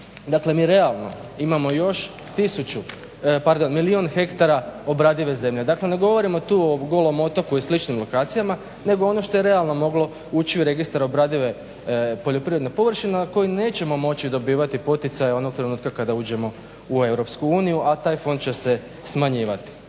Dakle, mi realno imamo još milijun hektara obradive zemlje, dakle ne govorimo tu o Golom otoku i sličnim lokacijama nego ono što je realno moglo ući u registar obradive poljoprivredne površine na koje nećemo moći dobivati poticaje onog trenutka kada uđemo u EU, a taj fond će se smanjivati.